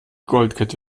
goldkette